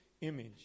image